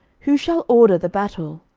who shall order the battle?